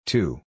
Two